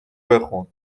بخون